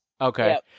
okay